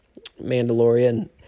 mandalorian